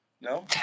No